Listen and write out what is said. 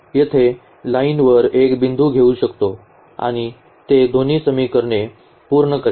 येथे आपण लाइन वर एक बिंदू घेऊ शकतो आणि ते दोन्ही समीकरणे पूर्ण करेल